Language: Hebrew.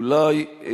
אולי,